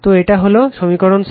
তো এটা হলো সমীকরণ 6